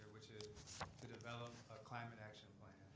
which is to develop a climate action plan.